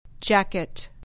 jacket